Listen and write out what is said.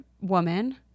woman